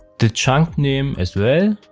the chunk name as well.